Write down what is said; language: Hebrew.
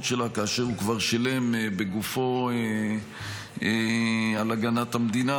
שלה כאשר הוא כבר שילם בגופו על הגנת המדינה.